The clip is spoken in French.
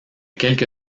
quelque